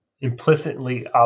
implicitly